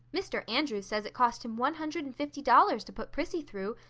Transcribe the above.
mr. andrews says it cost him one hundred and fifty dollars to put prissy through,